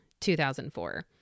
2004